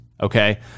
okay